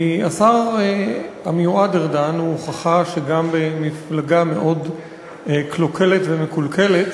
כי השר המיועד ארדן הוא הוכחה שגם במפלגה מאוד קלוקלת ומקולקלת